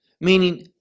Meaning